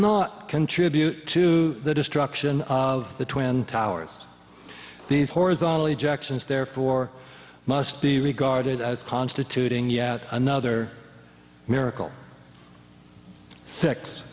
not contribute to the destruction of the twin towers these horizontally jackson's therefore must be regarded as constituting yet another miracle s